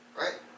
Right